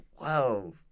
Wow